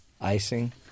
icing